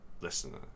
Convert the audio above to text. listener